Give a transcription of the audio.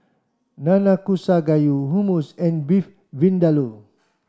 Nanakusa Gayu Hummus and Beef Vindaloo